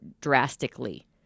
drastically